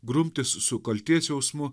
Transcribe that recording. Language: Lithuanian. grumtis su kaltės jausmu